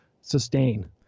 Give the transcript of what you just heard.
sustain